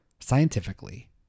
scientifically